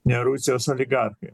ne rusijos oligarchai